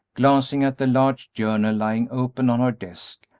glancing at the large journal lying open on her desk,